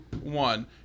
one